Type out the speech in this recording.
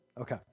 Okay